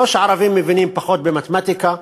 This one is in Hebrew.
לא שערבים מבינים פחות במתמטיקה,